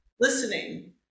listening